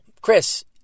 Chris